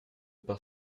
par